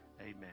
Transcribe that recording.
Amen